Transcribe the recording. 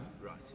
Right